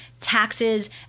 taxes